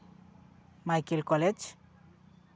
Michael college